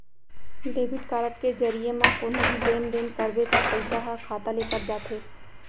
debit card के जरिये म कोनो भी लेन देन करबे त पइसा ह खाता ले कट जाथे